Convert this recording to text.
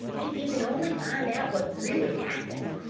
if you can only find out what really happened,